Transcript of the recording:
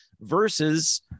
versus